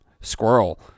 Squirrel